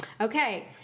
Okay